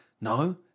No